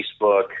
Facebook